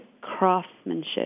craftsmanship